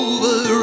Over